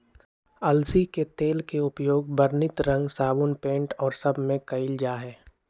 अलसी के तेल के उपयोग वर्णित रंग साबुन पेंट और सब में कइल जाहई